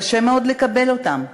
קשה מאוד לקבל אותם,